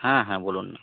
হ্যাঁ হ্যাঁ বলুন না